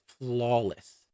flawless